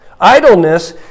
Idleness